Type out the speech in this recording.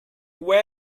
where